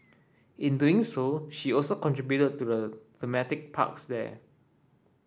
in doing so she also contributed to the thematic parks there